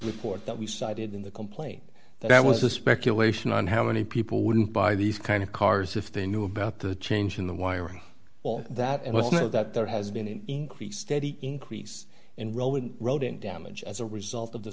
report that we cited in the complaint that was a speculation on how many people wouldn't buy these kind of cars if they knew about the change in the wiring all that and i know that there has been an increase steady increase in road and damage as a result of the